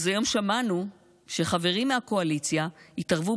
אז היום שמענו שחברים מהקואליציה התערבו